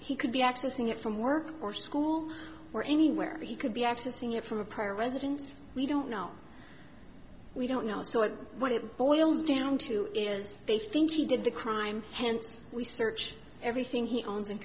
he could be accessing it from work or school or anywhere he could be accessing it from a prior residence we don't know we don't know so what it boils down to is they think he did the crime and we search everything he owns